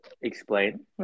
Explain